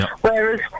whereas